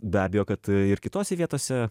be abejo kad ir kitose vietose